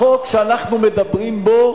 החוק שאנחנו מדברים בו,